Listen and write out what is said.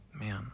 man